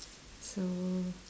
so